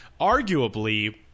arguably –